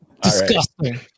Disgusting